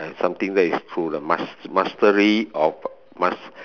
uh something that is true the mast~ mastery of mast~